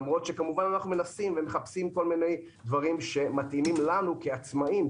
למרות שכמובן אנחנו מנסים ומחפשים כל מיני דברים שמתאימים לנו כעצמאים,